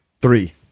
Three